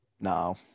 No